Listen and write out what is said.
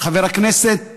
חבר הכנסת